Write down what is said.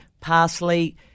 parsley